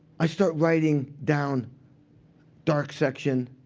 i start writing down dark section,